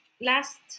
last